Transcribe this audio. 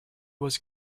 was